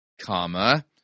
comma